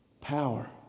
power